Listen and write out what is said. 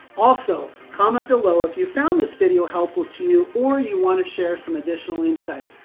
also, comment below if you found this video helpful to you, or you want to share some additional insight.